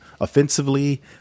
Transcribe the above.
offensively